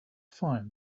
find